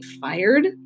fired